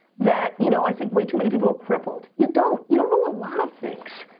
that you know, i think way too many people are crippled. you don't! you don't know a lot of things.